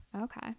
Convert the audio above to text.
Okay